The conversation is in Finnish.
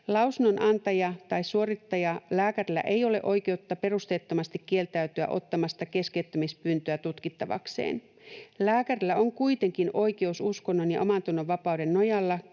Lausunnonantaja‑ tai suorittajalääkärillä ei ole oikeutta perusteettomasti kieltäytyä ottamasta keskeyttämispyyntöä tutkittavakseen. Lääkärillä on kuitenkin oikeus uskonnon‑ ja omantunnonvapauden nojalla